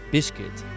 Biscuit